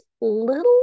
little